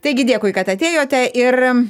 taigi dėkui kad atėjote ir